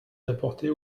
d’apporter